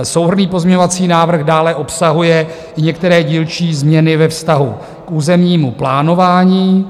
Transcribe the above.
Souhrnný pozměňovací návrh dále obsahuje některé dílčí změny ve vztahu k územnímu plánování.